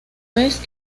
vez